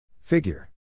Figure